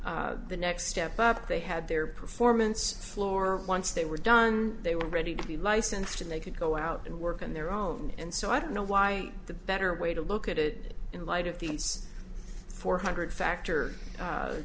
the next step up they had their performance floor once they were done they were ready to be licensed and they could go out and work on their own and so i don't know why the better way to look at it in light of the four hundred factor